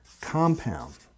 compound